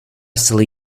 silly